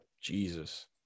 Jesus